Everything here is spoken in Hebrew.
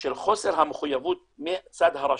של חוסר המחויבות מצד הרשות,